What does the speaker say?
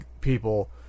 people